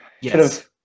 yes